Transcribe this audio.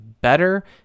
better